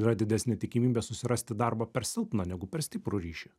yra didesnė tikimybė susirasti darbą per silpną negu per stiprų ryšį